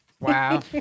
Wow